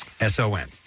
S-O-N